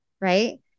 right